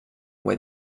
where